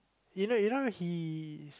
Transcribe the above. you know you know he's